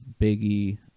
biggie